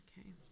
Okay